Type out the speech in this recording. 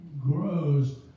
grows